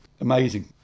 amazing